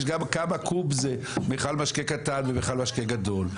יש גם כמה קוב זה מכל משקה קטן ומכל משקה גדול.